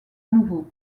nouveau